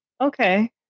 Okay